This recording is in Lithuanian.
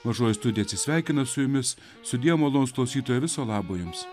mažoji studija atsisveikina su jumis sudie malonūs klausytojai viso labo jums